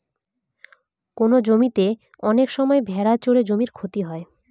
কোনো জমিতে অনেক সময় ভেড়া চড়ে জমির ক্ষতি হয়